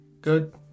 Good